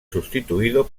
sustituido